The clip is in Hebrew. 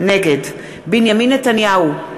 נגד בנימין נתניהו,